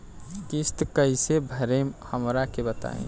किस्त कइसे भरेम हमरा के बताई?